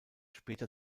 später